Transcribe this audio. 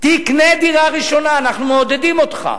תקנה דירה ראשונה, אנחנו מעודדים אותך.